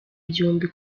igihumbi